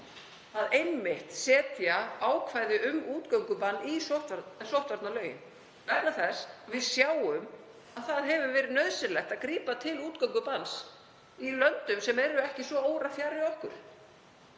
einmitt ákvæði um útgöngubann í sóttvarnalögin vegna þess að við sjáum að það hefur verið nauðsynlegt að grípa til útgöngubanns í löndum sem eru ekki svo órafjarri okkur.